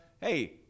hey